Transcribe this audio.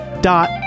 dot